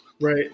right